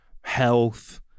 health